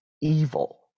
evil